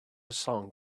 song